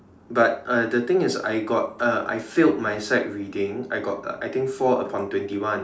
but uh the thing is I got uh I failed my sight reading I got I think four upon twenty one